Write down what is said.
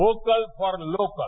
vocal for local